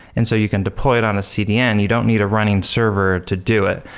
and so you can deploy it on a cdn. you don't need a running server to do it,